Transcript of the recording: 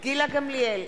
גילה גמליאל,